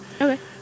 Okay